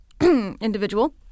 individual